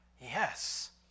Yes